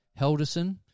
Helderson